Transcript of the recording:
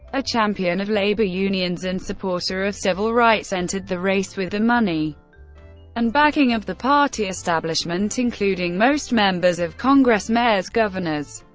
a champion of labor unions and supporter of civil rights, entered the race with the money and backing of the party establishment, including most members of congress, mayors, governors,